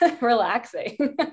relaxing